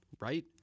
right